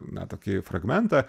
na tokį fragmentą